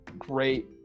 great